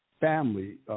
family